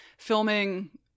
Filming